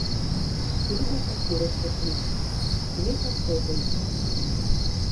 frida pasiruošė eiti laikas tuoj baigsis